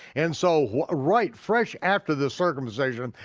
and so right fresh after the circumcision,